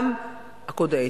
גם הקוד האתי,